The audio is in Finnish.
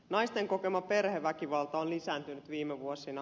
naisten kokema perheväkivalta on lisääntynyt viime vuosina